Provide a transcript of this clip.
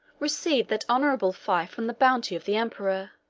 received that honorable fief from the bounty of the emperor.